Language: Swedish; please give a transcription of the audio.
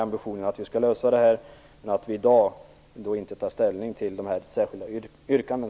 Ambitionen är att vi skall lösa den här frågan. I dag tar vi dock inte ställning till de särskilda yrkandena.